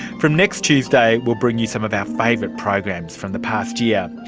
from next tuesday we'll bring you some of our favourite programs from the past yeah